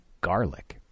garlic